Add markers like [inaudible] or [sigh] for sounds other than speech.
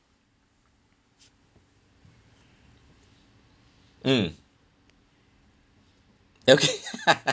mm okay [laughs]